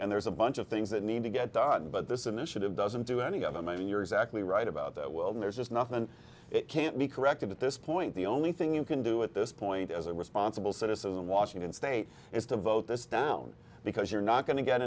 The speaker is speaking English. and there's a bunch of things that need to get done but this initiative doesn't do any of them and you're exactly right about that well there's just nothing it can't be corrected at this point the only thing you can do at this point as a responsible citizen in washington state is to vote this down because you're not go